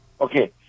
Okay